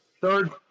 Third